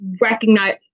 recognize